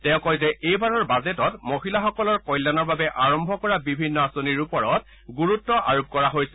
তেওঁ কয় যে এইবাৰৰ বাজেটত মহিলাসকলৰ কল্যাণৰ বাবে আৰম্ভ কৰা বিভিন্ন আঁচনিৰ ওপৰত গুৰুত্ব আৰোপ কৰা হৈছে